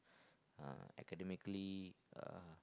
uh academicallay uh